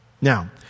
Now